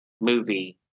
movie